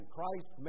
Christ